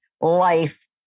life